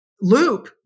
Loop